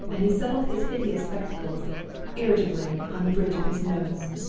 and he settled his hideous spectacles irritably on the bridge of his nose.